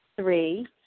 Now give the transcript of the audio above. three